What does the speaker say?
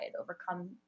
overcome